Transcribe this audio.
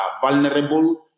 vulnerable